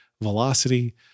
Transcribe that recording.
velocity